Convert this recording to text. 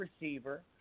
receiver